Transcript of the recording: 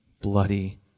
bloody